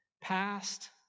Past